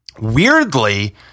weirdly